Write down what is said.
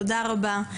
תודה רבה.